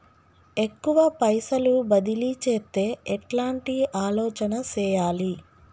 ఎక్కువ పైసలు బదిలీ చేత్తే ఎట్లాంటి ఆలోచన సేయాలి?